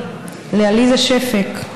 לעליזה שפק,